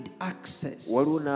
access